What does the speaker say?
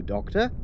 Doctor